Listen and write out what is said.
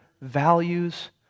values